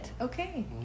Okay